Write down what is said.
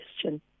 question